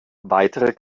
weitere